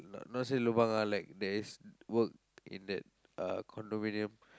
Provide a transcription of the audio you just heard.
not not say lobang lah like there is work in that uh condominium